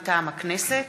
מטעם הכנסת: